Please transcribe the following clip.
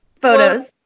photos